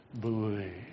believe